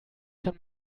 kann